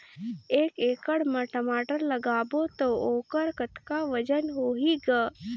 एक एकड़ म टमाटर लगाबो तो ओकर कतका वजन होही ग?